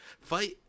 fight